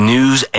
News